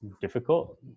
difficult